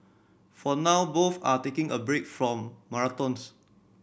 for now both are taking a break from marathons